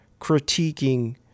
critiquing